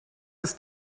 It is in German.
ist